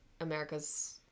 America's